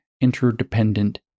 interdependent